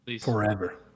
Forever